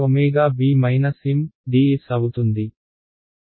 dS అవుతుంది